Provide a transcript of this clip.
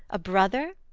a brother?